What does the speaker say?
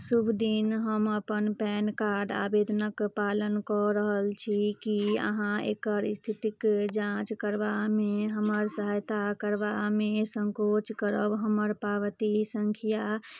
शुभ दिन हम अपन पैन कार्ड आवेदनक पालन कऽ रहल छी की अहाँ एकर स्थितिक जाँच करबामे हमर सहायता करबामे संकोच करब हमर पावती संख्या